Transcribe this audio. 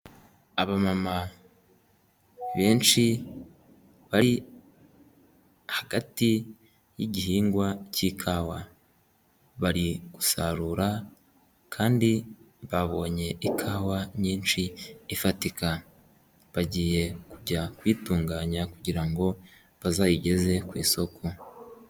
Aba mama benshi bari hagati y'igihingwa k'ikawa, bari gusarura kandi babonye ikawa nyinshi ifatika, bagiye kujya kuyitunganya, kugira ngo bazayigeze ku isoko.